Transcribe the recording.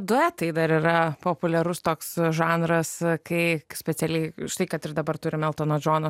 duetai dar yra populiarus toks žanras kai specialiai štai kad ir dabar turim eltono džono